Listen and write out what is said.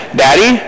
daddy